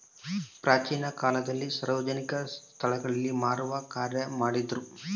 ಪ್ರಾಚೀನ ಕಾಲದಲ್ಲಿ ಸಾರ್ವಜನಿಕ ಸ್ಟಳಗಳಲ್ಲಿ ಮಾರುವ ಕಾರ್ಯ ಮಾಡ್ತಿದ್ರು